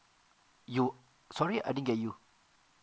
you~ sorry I don't get you